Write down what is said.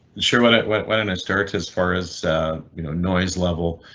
sure when it when when and it starts as far as you know, noise level.